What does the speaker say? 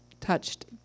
touched